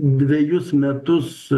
dvejus metus